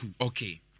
Okay